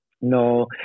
no